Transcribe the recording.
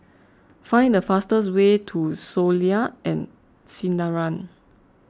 find the fastest way to Soleil and Sinaran